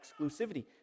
exclusivity